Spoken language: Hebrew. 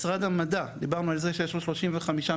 משרד המדע, דיברנו על זה שיש לו 35 מרכזים,